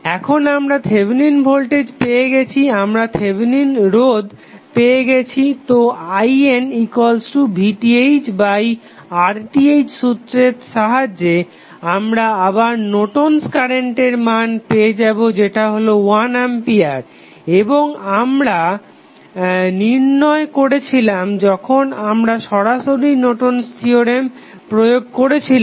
এখন আমরা Thevenin voltage পেয়ে গেছি আমার থেভেনিন রোধ পেয়ে গেছি তো INVThRTh সুত্রের সাহায্যে আমরা আবার নর্টন'স কারেন্টের Nortons current মান পাবো যেটা হলো 1 আম্পিয়ার এবং এটা আমরা নির্ণয় করেছিলাম যখন আমরা সরাসরি নর্টন'স থিওরেম Nortons theorem প্রয়োগ করেছিলাম